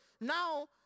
now